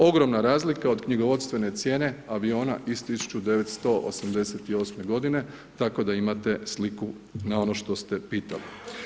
Ogromna razlika od knjigovodstvene cijene aviona iz 1988. godine tako da imate sliku na ono što ste pitali.